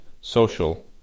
social